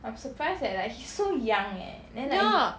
ya